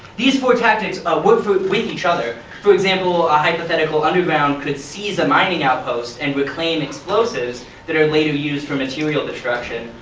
these four tactics ah work with with each other, for example, a hypothetical underground could sieze a mining outpost and reclaim explosives that are later used for material destruction.